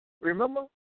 Remember